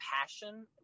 passion